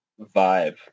vibe